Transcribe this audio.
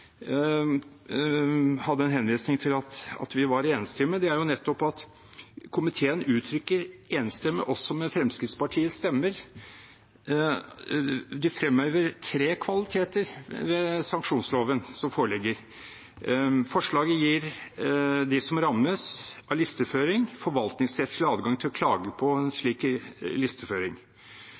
hadde en henvisning til at vi var enstemmige, nettopp er at komiteen uttrykker enstemmighet, også med Fremskrittspartiets stemmer. De fremhever tre kvaliteter ved sanksjonsloven som foreligger. Forslaget gir dem som rammes av listeføring, forvaltningsrettslig adgang til å klage på slik listeføring,